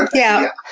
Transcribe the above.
yeah,